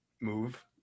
move